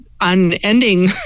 unending